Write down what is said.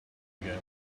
again